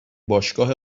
باشگاه